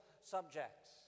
subjects